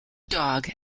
dog